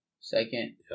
Second